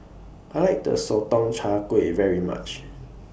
I like The Sotong Char Kway very much